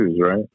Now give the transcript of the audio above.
right